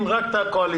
קיום הדיון בנושא כל כך,